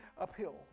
uphill